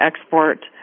export